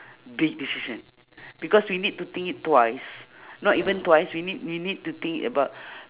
big decision because we need to think it twice not even twice we need we need to think it about